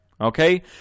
Okay